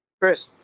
Chris